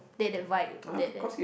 that that vibe that that